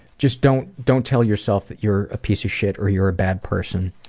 just don't, don't tell yourself that you're a piece of shit or you're a bad person.